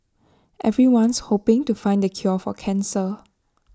everyone's hoping to find the cure for cancer